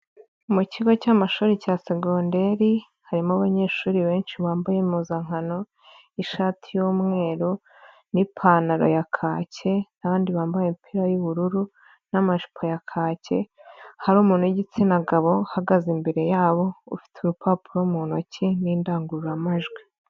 Mu kigo cy'amashuri cya segonderi, harimo abanyeshuri benshi bambaye impuzankano, ishati y'umweru n'ipantaro ya kake, abandi bambaye imipira y'ubururu, n'amajipo ya kake, hari umuntu w'igitsina gabo uhagaze imbere yabo ufite urupapuro mu ntoki n'indangururamajwi.